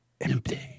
empty